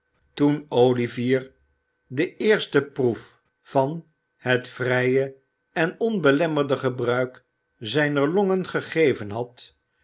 toen olivier de eerste proef van het vrije en onbelemmerde gebruik zijner longen gegeven had